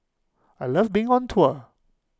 I love being on tour